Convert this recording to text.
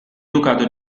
ducato